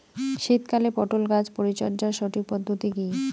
শীতকালে পটল গাছ পরিচর্যার সঠিক পদ্ধতি কী?